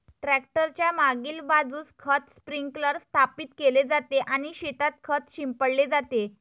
tractor च्या मागील बाजूस खत स्प्रिंकलर स्थापित केले जाते आणि शेतात खत शिंपडले जाते